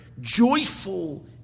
joyful